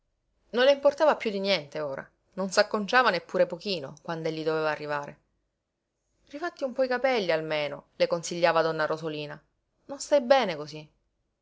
le importava piú di niente ora non s'acconciava neppure pochino quand'egli doveva arrivare rifatti un po i capelli almeno le consigliava donna rosolina non stai bene cosí